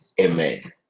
Amen